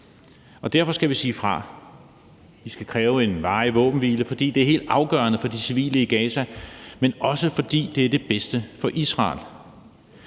Derfor skal vi sige fra. Vi skal kræve en varig våbenhvile, fordi det er helt afgørende for de civile i Gaza, men også, fordi det er det bedste for Israel.